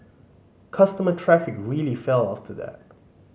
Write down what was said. customer traffic really fell after that